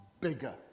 bigger